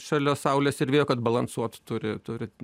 šalia saulės ir vėjo kad balansuot turi turi ten